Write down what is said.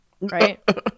right